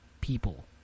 People